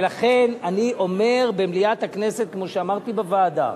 ולכן אני אומר במליאת הכנסת כמו שאמרתי בוועדה,